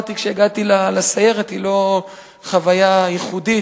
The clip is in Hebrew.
עברתי כשהגעתי לסיירת היא לא חוויה ייחודית,